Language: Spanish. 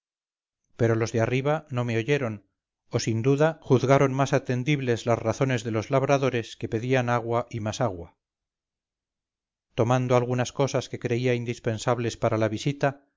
pero los de arriba no me oyeron o sin duda juzgaron más atendibles las razones de los labradores que pedían agua y más agua tomando algunas cosas que creía indispensables para la visita